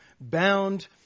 bound